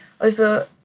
over